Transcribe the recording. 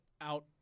out